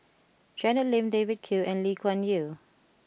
Janet Lim David Kwo and Lee Kuan Yew